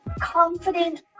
confident